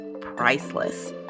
priceless